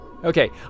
Okay